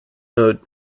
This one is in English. mode